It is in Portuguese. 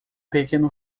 pequeno